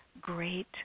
great